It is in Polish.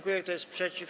Kto jest przeciw?